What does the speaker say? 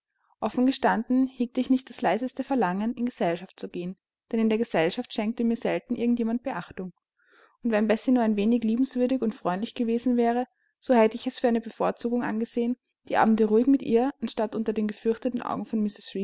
offen gestanden hegte ich nicht das leiseste verlangen in gesellschaft zu gehen denn in der gesellschaft schenkte mir selten irgend jemand beachtung und wenn bessie nur ein wenig liebenswürdig und freundlich gewesen wäre so hätte ich es für eine bevorzugung angesehen die abende ruhig mit ihr anstatt unter den gefürchteten augen von